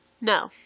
No